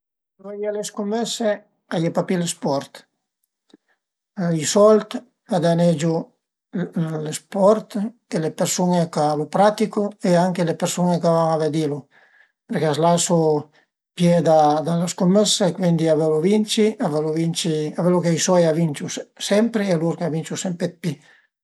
Ëndua a ie le scumësse, a ie pa pi lë sport. I sold a danegiu lë sport e le persun-e ch'a lu praticu e anche le persun-e ch'a van a vedilu perché a s'lasu pìé da la scumëssa e cuindi a völu vinci, a völu vinci, a völe che i soi a vinciu sempre e a völe ch'a vinciu sempre d'pi